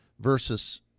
versus